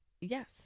yes